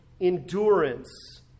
endurance